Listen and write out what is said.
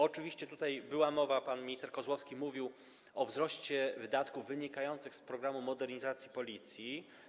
Oczywiście była tutaj mowa, pan minister Kozłowski mówił o wzroście wydatków wynikających z programu modernizacji Policji.